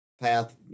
path